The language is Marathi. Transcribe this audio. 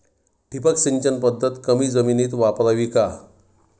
ठिबक सिंचन पद्धत कमी जमिनीत वापरावी का?